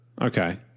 okay